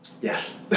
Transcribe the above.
Yes